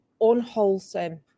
unwholesome